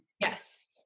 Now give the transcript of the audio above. Yes